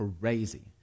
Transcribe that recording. crazy